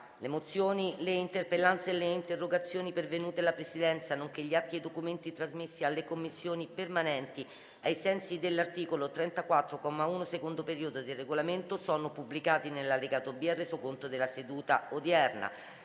Le mozioni, le interpellanze e le interrogazioni pervenute alla Presidenza, nonché gli atti e i documenti trasmessi alle Commissioni permanenti ai sensi dell'articolo 34, comma 1, secondo periodo, del Regolamento sono pubblicati nell'allegato B al Resoconto della seduta odierna.